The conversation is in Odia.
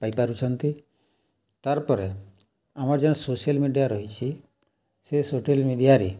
ପାଇ ପାରୁଛନ୍ତି ତାର୍ ପରେ ଆମର ଯେନ୍ ସୋସିଆଲ୍ ମିଡ଼ିଆ ରହିଛି ସେ ସୋସିଆଲ୍ ମିଡ଼ିଆରେ